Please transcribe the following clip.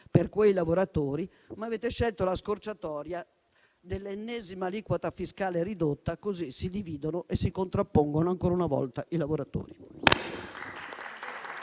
per quei lavoratori. Avete scelto la scorciatoia dell'ennesima aliquota fiscale ridotta: così si dividono e si contrappongono ancora una volta i lavoratori.